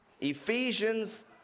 Ephesians